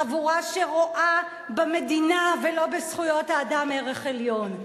חבורה שרואה במדינה ולא בזכויות האדם ערך עליון.